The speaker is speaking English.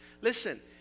Listen